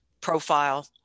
profile